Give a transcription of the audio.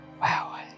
Wow